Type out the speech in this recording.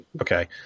Okay